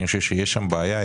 אני חושב שיש שם בעיה.